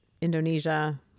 Indonesia